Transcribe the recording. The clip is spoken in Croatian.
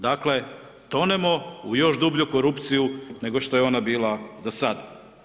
Dakle, tonemo u još dublju korupciju nego što je ona bila do sada.